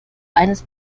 eines